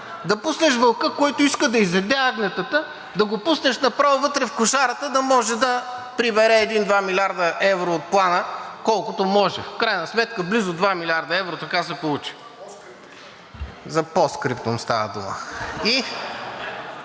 Да пуснеш вълка, който иска да изяде агнетата, да го пуснеш направо вътре в кошарата, за да може да прибере 1 – 2 млрд. евро от Плана – колкото може. В крайна сметка близо 2 млрд. евро – така се получи. (Реплики.) За „Постскриптум“ става дума.